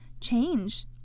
change